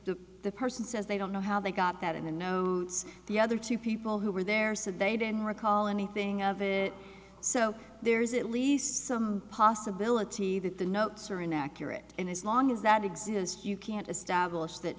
the the person says they don't know how they got that in the know it's the other two people who were there said they didn't recall anything of it so there is at least some possibility that the notes are inaccurate and as long as that exists you can't establish that